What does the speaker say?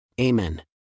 Amen